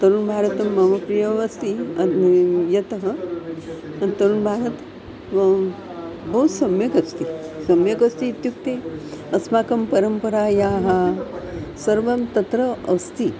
तरुणभारतं मम प्रियः अस्ति यतः तत् तरुणभारतं बहु सम्यक् अस्ति सम्यक् अस्ति इत्युक्ते अस्माकं परम्परायाः सर्वं तत्र अस्ति